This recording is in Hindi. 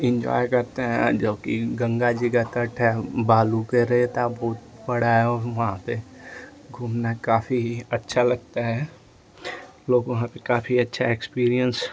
इन्जॉय करते हैं जो कि गंगा जी का तट है बालू के रेता बहुत पड़ा है वहाँ पर घूमना काफ़ी अच्छा लगता है लोग वहाँ पर काफ़ी अच्छा एक्स्पीरिएन्स